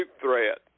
threat